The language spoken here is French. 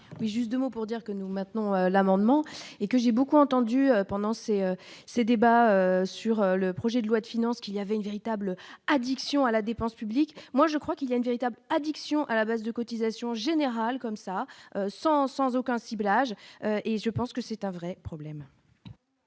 Juste 2 mots pour dire que nous maintenons l'amendement et que j'ai beaucoup entendu pendant ces ces débats sur le projet de loi de finances, qu'il y avait une véritable addiction à la dépense publique, moi je crois qu'il y a une véritable addiction à la baisse de cotisations en général comme ça sans sans aucun ciblage et je pense que c'est un vrai problème.